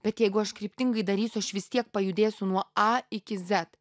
bet jeigu aš kryptingai darysiu aš vis tiek pajudėsiu nuo a iki zet